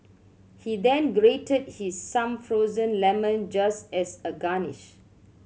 he then grated his some frozen lemon just as a garnish